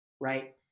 right